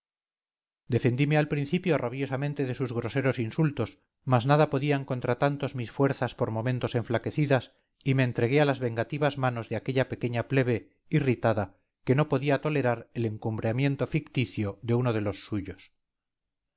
caballerosidad defendime al principio rabiosamente de sus groseros insultos mas nada podían contra tantos mis fuerzas por momentos enflaquecidas y me entregué a las vengativas manos de aquella pequeña plebe irritada que no podía tolerar el encumbramiento ficticio de uno de los suyos